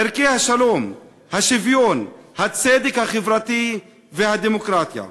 ערכי השלום, השוויון, הצדק החברתי והדמוקרטיה.